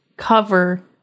Cover